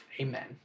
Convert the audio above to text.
Amen